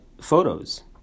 photos